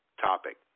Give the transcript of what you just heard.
topic